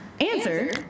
answer